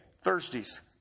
Thursdays